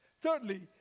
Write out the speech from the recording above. Thirdly